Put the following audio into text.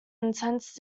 intense